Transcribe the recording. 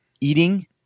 eating